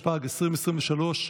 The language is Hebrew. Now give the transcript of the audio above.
התשפ"ג 2023,